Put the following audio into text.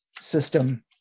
system